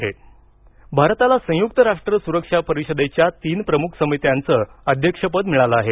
संयुक्त राष्ट्र सुरक्षा परिषद भारताला संयुक राष्ट्र सुरक्षा परिषदेच्या तीन प्रमुख समित्यांचं अध्यक्षपद मिळालं आहे